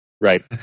Right